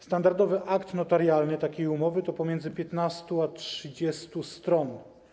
Standardowy akt notarialny takiej umowy to pomiędzy 15 a 30 stron.